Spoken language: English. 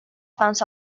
bounce